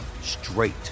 straight